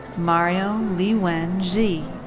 mario liwen sze.